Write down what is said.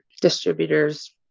distributors